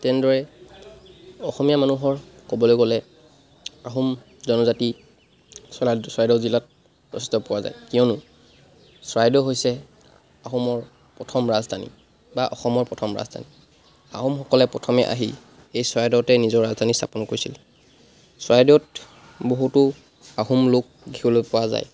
তেনেদৰে অসমীয়া মানুহৰ ক'বলৈ গ'লে আহোম জনজাতি চৰা চৰাইদেউ জিলাত যথেষ্ট পোৱা যায় কিয়নো চৰাইদেউ হৈছে আহোমৰ প্ৰথম ৰাজধানী বা অসমৰ প্ৰথম ৰাজধানী আহোমসকলে প্ৰথমে আহি এই চৰাইদেউতে নিজৰ ৰাজধানী স্থাপন কৰিছিল চৰাইদেউত বহুতো আহোম লোক দেখিবলৈ পোৱা যায়